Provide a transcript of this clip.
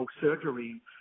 surgery